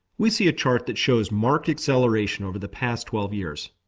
we see a chart that shows marked acceleration over the past twelve years.